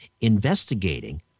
investigating